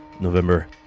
November